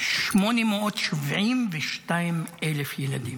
872,000 ילדים,